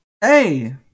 Hey